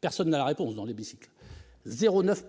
Personne n'a la réponse dans l'hémicycle 0 9